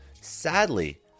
Sadly